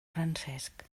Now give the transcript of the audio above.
francesc